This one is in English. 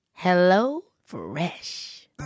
HelloFresh